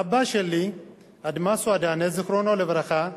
אבא שלי, אדמסו אדנה, זיכרונו לברכה,